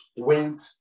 Went